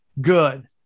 good